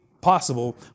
possible